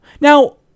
Now